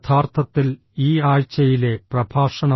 യഥാർത്ഥത്തിൽ ഈ ആഴ്ചയിലെ പ്രഭാഷണം